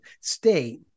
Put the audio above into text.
state